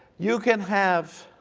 you can have